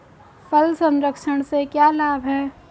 फल संरक्षण से क्या लाभ है?